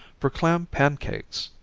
for clam pancakes,